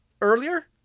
earlier